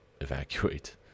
evacuate